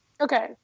Okay